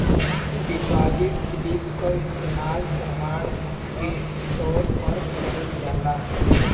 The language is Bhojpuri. डिपाजिट स्लिप क इस्तेमाल प्रमाण के तौर पर करल जाला